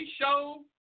show